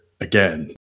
again